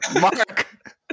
Mark